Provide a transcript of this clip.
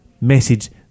message